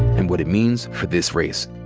and what it means for this race.